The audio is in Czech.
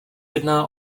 jedná